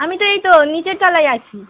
আমি তো এই তো নিচের তলায় আছি